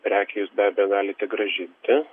prekę jūs be abejo galite grąžinti